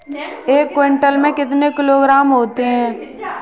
एक क्विंटल में कितने किलोग्राम होते हैं?